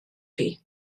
chi